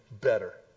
better